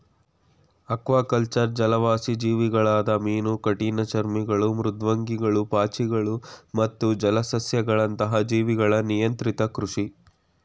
aquaculture ಜಲವಾಸಿ ಜೀವಿಗಳಾದ ಮೀನು ಕಠಿಣಚರ್ಮಿಗಳು ಮೃದ್ವಂಗಿಗಳು ಪಾಚಿಗಳು ಮತ್ತು ಜಲಸಸ್ಯಗಳಂತಹ ಜೀವಿಗಳ ನಿಯಂತ್ರಿತ ಕೃಷಿ